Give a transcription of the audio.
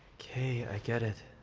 kay, i get it.